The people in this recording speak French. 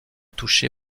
touché